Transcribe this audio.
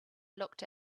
looked